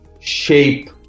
shape